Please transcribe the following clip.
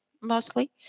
mostly